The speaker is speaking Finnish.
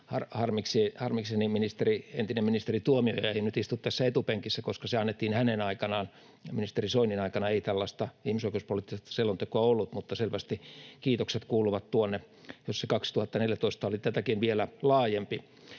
entinen ministeri Tuomioja ei nyt istu tässä etupenkissä, koska se annettiin hänen aikanaan — ministeri Soinin aikana ei tällaista ihmisoikeuspoliittista selontekoa ollut — ja selvästi kiitokset kuuluvat sinne, jos se 2014 oli tätäkin vielä laajempi.